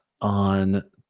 on